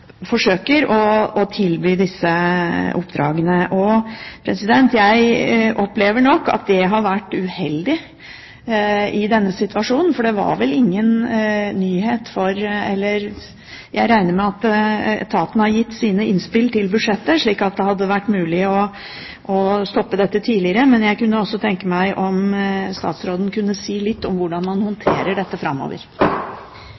forsøker å tilby disse oppdragene. Jeg opplever nok at det har vært uheldig i denne situasjonen, for jeg regner med at etaten har gitt sine innspill til budsjettet, slik at det hadde vært mulig å stoppe dette tidligere. Men jeg kunne også tenke meg at statsråden kunne si litt om hvordan man